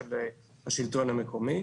של השלטון המקומי.